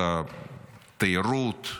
בתיירות,